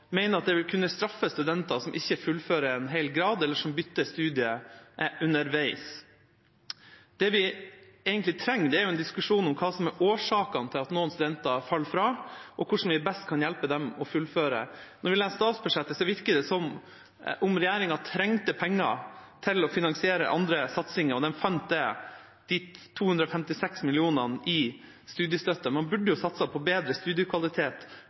at det vil kunne straffe studenter som ikke fullfører en hel grad, eller som bytter studium underveis. Det vi egentlig trenger, er en diskusjon om hva som er årsakene til at noen studenter faller fra, og hvordan vi best kan hjelpe dem å fullføre. Når vi leser statsbudsjettet, virker det som om regjeringa trengte penger til å finansiere andre satsinger og fant de 256 mill. kr i studiestøtte. Man burde satset på bedre studiekvalitet,